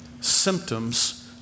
symptoms